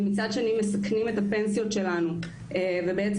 אבל מצד אחר מסכנים את הפנסיות שלנו ולמעשה